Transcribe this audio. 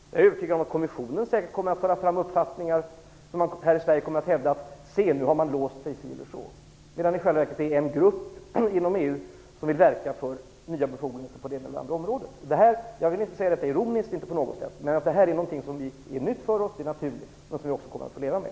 Jag är övertygad om att kommissionen kommer att föra fram uppfattningar som gör att det här i Sverige kommer att hävdas att man har låst sig si eller så, medan det i själva verket är en grupp inom EU som vill verka för nya befogenheter på det ena eller andra området. Jag vill inte säga detta ironiskt, inte på något sätt, men det här är någonting som är nytt för oss. Det är naturligt och något som vi kommer att få leva med.